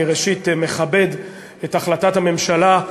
ראשית, אני מכבד את החלטת הממשלה,